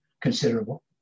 considerable